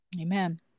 amen